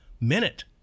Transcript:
Minute